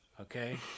okay